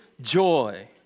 joy